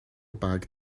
bag